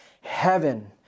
heaven